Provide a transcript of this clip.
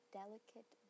delicate